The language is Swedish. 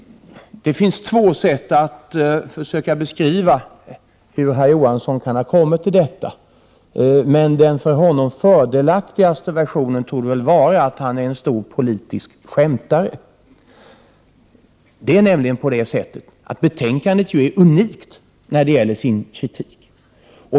Det finns två sätt att försöka beskriva hur herr Johansson kan ha kommit fram till detta. Den för honom fördelaktigaste versionen torde väl vara att han är en stor politisk skämtare. Betänkandet är unikt i sin kritik.